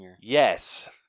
Yes